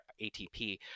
ATP